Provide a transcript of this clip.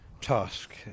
task